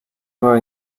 nueva